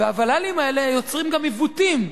והוול"לים האלה יוצרים גם עיוותים.